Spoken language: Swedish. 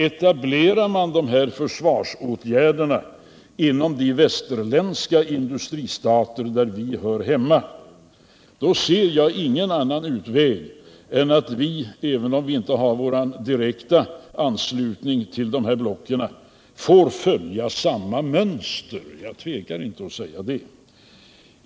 Etablerar man de här försvarsåtgärderna inom de västerländska industristater där vi hör hemma, då ser jag ingen annan utväg än att vi - även om vi inte har någon direkt anslutning till blocken — får följa samma mönster. Jag tvekar inte att säga det.